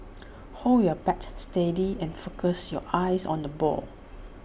hold your bat steady and focus your eyes on the ball